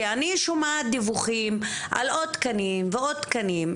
כי אני שומעת דיווחים על עוד תקנים ועוד תקנים.